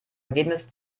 ergebnis